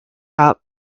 top